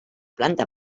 planta